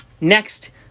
Next